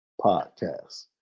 podcast